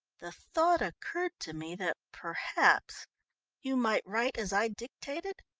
the thought occurred to me that perhaps you might write as i dictated.